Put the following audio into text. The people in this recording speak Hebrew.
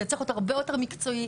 זה צריך להיות הרבה יותר מקצועי.